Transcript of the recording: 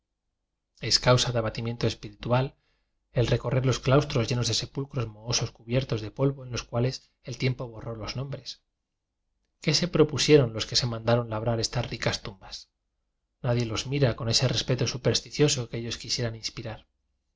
es causa de abatimiento espiritual el recorrer los claustros llenos de sepulcros mohosos cubiertos de polvo en los cuales el tiempo borró los nombres qué se propusieron los que se mandaron labrar esfas ricas tumbas nadie los mira con ese respeto supersticioso que ellos quisieran